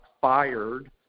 fired